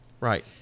right